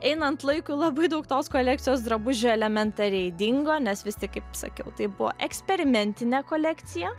einant laikui labai daug tos kolekcijos drabužių elementariai dingo nes vis tik kaip sakiau tai buvo eksperimentinė kolekcija